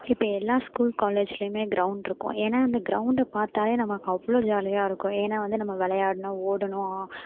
இப்போ எல்லா ஸ்கூல் காலேஜ்ஜிலயுமே க்ரௌண்ட் இருக்கும் ஏன்னால் இந்த க்ரௌண்ட் பார்த்தாலே நமக்கு அவ்வளோ ஜாலியாயிருக்கும் ஏன்னால் வந்து நம்ம விளையாடணும் ஓடணும்